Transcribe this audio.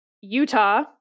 Utah